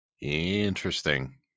Interesting